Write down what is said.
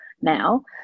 now